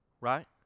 Right